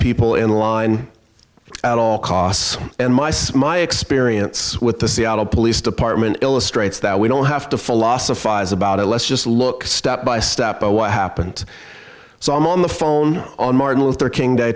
people in line at all costs and mice my experience with the seattle police department illustrates that we don't have to philosophize about it let's just look step by step but what happened so i'm on the phone on martin luther king day